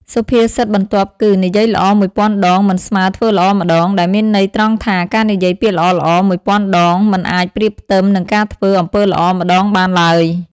សុភាសិតបន្ទាប់គឺ និយាយល្អមួយពាន់ដង មិនស្មើធ្វើល្អម្តង ដែលមានន័យត្រង់ថា ការនិយាយពាក្យល្អៗមួយពាន់ដង មិនអាចប្រៀបផ្ទឹមនឹងការធ្វើអំពើល្អម្តងបានឡើយ។